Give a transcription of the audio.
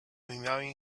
mewing